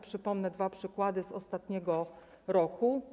Przypomnę dwa przykłady z ostatniego roku.